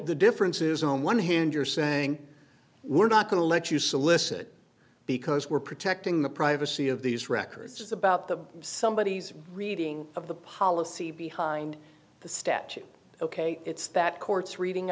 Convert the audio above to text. the difference is on one hand you're saying we're not going to let you solicit because we're protecting the privacy of these records is about the somebodies reading of the policy behind the statute ok it's that court's reading